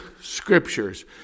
scriptures